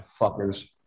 fuckers